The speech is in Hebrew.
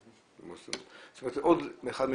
זאת אומרת, זה עוד אחת מההתמודדויות.